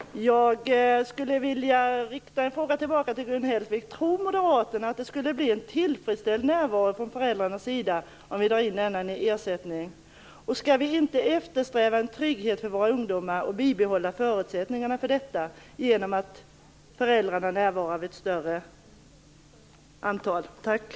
Fru talman! Jag skulle vilja rikta en fråga tillbaka till Gun Hellsvik: Tror moderaterna att det skulle bli en tillfredsställande närvaro från föräldrarnas sida om vi drar in denna ersättning? Skall vi inte eftersträva en trygghet för våra ungdomar och bibehålla förutsättningarna för detta genom att se till att föräldrarna kan närvara vid ett större antal rättegångar?